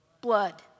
Blood